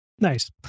Nice